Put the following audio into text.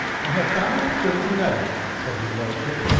i have found it as good as another's, said his lordship,